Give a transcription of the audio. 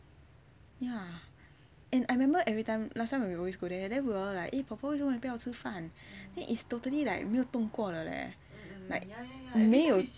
ya and I remember every time last time when we always go there then we were like popo 为什么不要吃饭 then it's totally like 没有动过的 leh like 没有